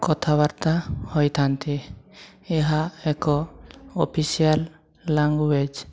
କଥାବାର୍ତ୍ତା ହୋଇଥାନ୍ତି ଏହା ଏକ ଅଫିସିଆଲ୍ ଲାଙ୍ଗୁଏଜ୍